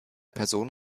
person